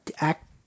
act